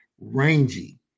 rangy